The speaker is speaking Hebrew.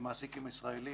למעסיקים ישראלים,